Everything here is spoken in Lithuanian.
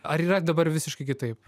ar yra dabar visiškai kitaip